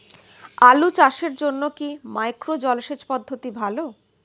আলু চাষের জন্য কি মাইক্রো জলসেচ পদ্ধতি ভালো?